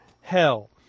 hell